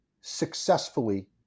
successfully